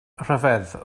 ryfedd